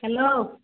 hello